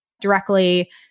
directly